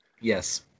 Yes